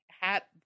hat